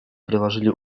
приложили